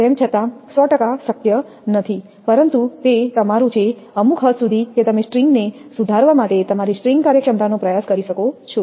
તેમ છતાં 100 શક્ય નથી પરંતુ તે તમારું છે અમુક હદ સુધી કે તમે સ્ટ્રિંગને સુધારવા માટે તમારી સ્ટ્રિંગ કાર્યક્ષમતાનો પ્રયાસ કરી શકો છો